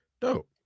Dope